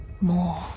More